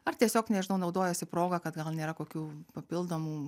ar tiesiog nežinau naudojasi proga kad gal nėra kokių papildomų